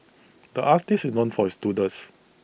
the artist is known for his doodles